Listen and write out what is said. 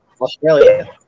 Australia